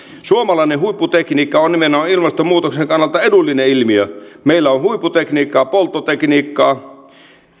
suomalainen huipputekniikka on nimenomaan ilmastonmuutoksen kannalta edullinen ilmiö meillä on huipputekniikkaa polttotekniikkaa